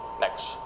Next